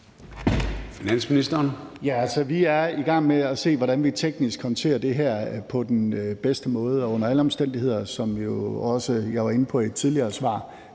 Vi er i gang med at se på, hvordan vi teknisk konterer det her på den bedste måde. Og under alle omstændigheder, som jeg også var inde på i et tidligere svar,